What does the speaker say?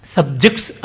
Subjects